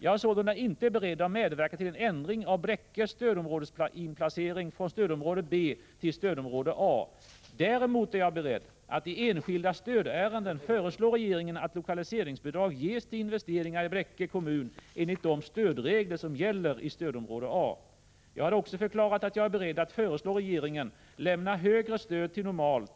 Jag är sålunda inte beredd att medverka till en ändring av Bräckes stödområdesinplacering från stödområde B till stödområde A. Däremot är jag beredd att i enskilda stödärenden föreslå regeringen att lokaliseringsbidrag ges till investeringar i Bräcke kommun enligt de stödregler som gäller i stödområde A. 153 Jag har också förklarat att jag är beredd att föreslå regeringen att lämna högre stöd